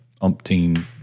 umpteen